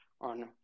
on